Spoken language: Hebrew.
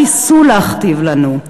או ניסו להכתיב לנו,